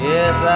Yes